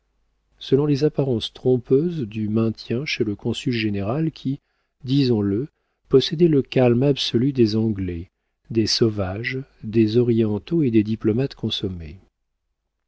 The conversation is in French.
selon les apparences trompeuses du maintien chez le consul général qui disons-le possédait le calme absolu des anglais des sauvages des orientaux et des diplomates consommés